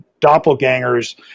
doppelgangers